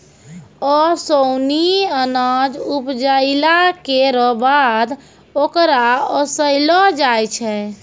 ओसौनी अनाज उपजाइला केरो बाद ओकरा ओसैलो जाय छै